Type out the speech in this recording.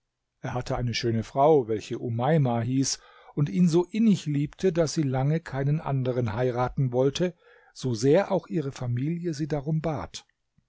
er hatte eine schöne frau welche umeima hieß und ihn so innig liebte daß sie lange keinen anderen heiraten wollte so sehr auch ihre familie sie darum bat